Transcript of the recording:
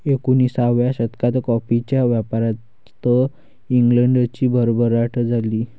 एकोणिसाव्या शतकात कॉफीच्या व्यापारात इंग्लंडची भरभराट झाली